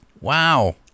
Wow